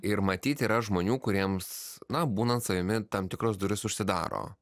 ir matyt yra žmonių kuriems na būnant savimi tam tikros durys užsidaro